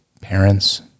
parents